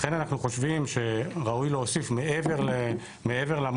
לכן אנחנו חושבים שראוי להוסיף מעבר למונחים